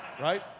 right